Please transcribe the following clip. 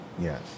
Yes